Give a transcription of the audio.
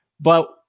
But-